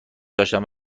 داشتند